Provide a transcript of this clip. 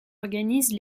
organise